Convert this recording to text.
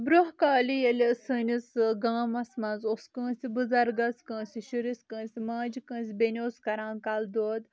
برٛونہہ کالہِ ییلہِ سٲنِس گامَس منٛز اوس کٲنسہِ بُزرگس کٲنسہِ شُرس کٲنسہِ ماجہِ کٲنسہِ بینہِ اوس کران کل دود